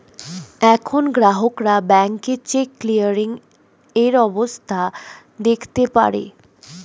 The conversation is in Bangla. এখন গ্রাহকরা ব্যাংকে চেক ক্লিয়ারিং এর অবস্থা দেখতে পারে